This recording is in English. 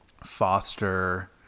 Foster